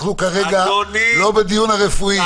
אנחנו כרגע לא בדיון הרפואי...